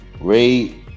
Ray